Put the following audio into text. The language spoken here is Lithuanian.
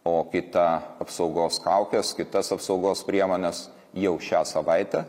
o kita apsaugos kaukes kitas apsaugos priemones jau šią savaitę